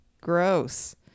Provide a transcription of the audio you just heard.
Gross